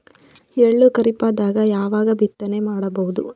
ಎಳ್ಳು ಖರೀಪದಾಗ ಯಾವಗ ಬಿತ್ತನೆ ಮಾಡಬಹುದು?